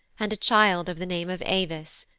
and a child of the name of avis,